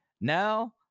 now